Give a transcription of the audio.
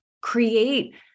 create